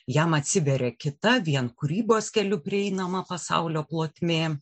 jam atsiveria kita vien kūrybos keliu prieinama pasaulio plotmė